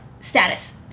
status